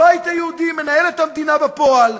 הבית היהודי מנהל את המדינה בפועל,